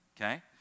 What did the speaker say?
okay